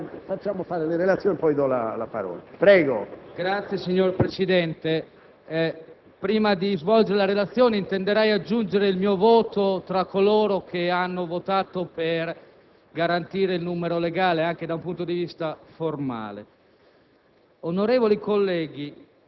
1818*. Signor Presidente, prima di svolgere la relazione, intenderei aggiungere il mio voto tra coloro che hanno votato per garantire il numero legale anche da un punto di vista formale.